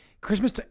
Christmas